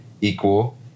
equal